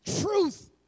truth